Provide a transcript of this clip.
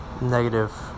negative